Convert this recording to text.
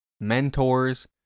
mentors